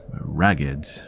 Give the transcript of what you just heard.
ragged